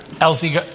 Elsie